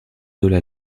delà